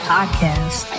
Podcast